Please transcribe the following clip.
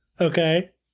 Okay